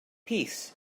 peace